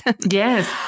Yes